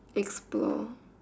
explore